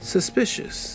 suspicious